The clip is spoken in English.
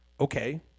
Okay